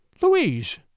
Louise